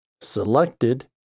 selected